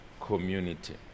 community